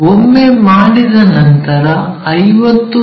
ಒಮ್ಮೆ ಮಾಡಿದ ನಂತರ 50 ಮಿ